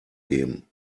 geben